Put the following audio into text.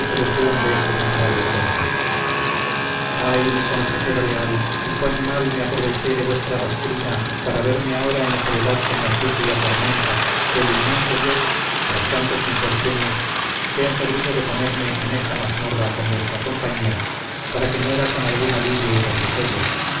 disolución de este miserable cuerpo ay mi consejero leal y cuán mal me aproyeché de vuestra doctrina para verme ahora en la soledad que me aflige y atormenta que el inmenso dios tras tantos infortunios sea servido de ponerme en esta mazmorra con vuestra compañía para que muera con algún alivio y refrigerio